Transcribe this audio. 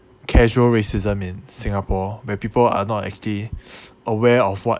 casual racism in singapore where people are not actually aware of what